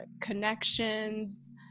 connections